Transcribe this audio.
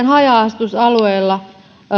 haja asutusalueilla